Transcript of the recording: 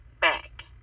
back